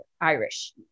Irish